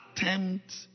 Attempt